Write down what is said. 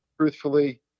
truthfully